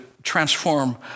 Transform